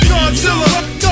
Godzilla